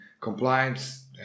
compliance